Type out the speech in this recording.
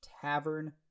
Tavern